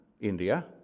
India